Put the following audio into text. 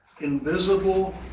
invisible